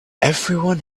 everyone